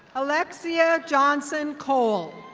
alexia johnson cole.